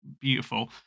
Beautiful